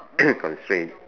constraint